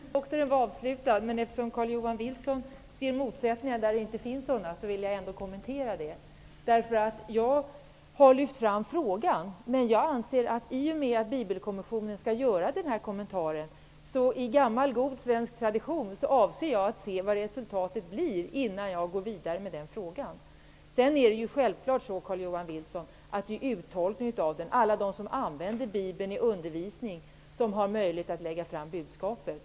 Herr talman! Debatten var avslutad, men eftersom Carl-Johan Wilson ser motsättningar där det inte finns några vill jag göra en kommentar. Jag har lyft fram frågan, men i och med att Bibelkommissionen skall göra kommentaren avser jag, i gammal god svensk tradition, att se vad resultatet blir innan jag går vidare med frågan. Det är självfallet så, Carl-Johan Wilson, att alla de som använder Bibeln i undervisning har möjlighet att lägga fram budskapet.